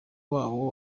wabo